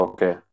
Okay